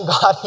God